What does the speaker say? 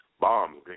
bombs